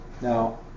Now